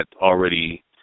already